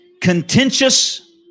Contentious